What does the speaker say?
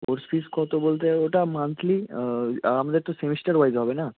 তোর ফিস কত বলতে ওটা মান্থলি আমাদের তো সেমেস্টার ওয়াইজ হবে না